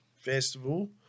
festival